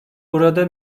burada